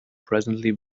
presently